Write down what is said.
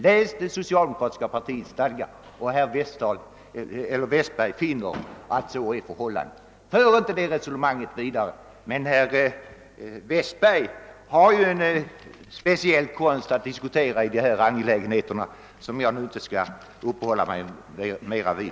Läs det socialdemokratiska partiets stadgar, och herr Westberg finner att så är förhållandet. För inte det resonemanget vidare! Men herr Westberg har ju ett speciellt sätt att diskutera i dessa angelägenheter som jag inte skall uppehålla mig mera vid.